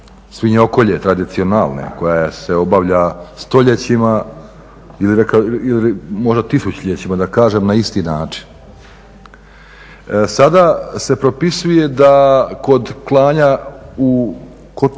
svinjokolje tradicionalne koja se obavlja stoljećima ili možda tisućljećima da kažem na isti način. Sada se propisuje da kod klanja kod